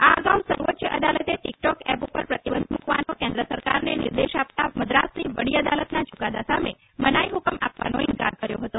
આ અગાઉ સર્વોચ્ચ અદાલતે ટીકટોક એપ ઉપર પ્રતિબંધ મુકવાનો કેન્દ્ર સરકારને નિર્દેશ આપતા મદ્રાસની વડી અદાલતના ચુકાદા સામે મનાઈ હુકમ આપવાનો ઈન્કાર કર્યો હતો